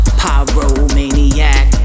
pyromaniac